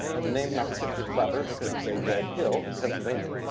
the name is not particularly clever because it's a red hill in pennsylvania.